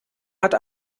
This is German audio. hat